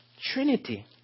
trinity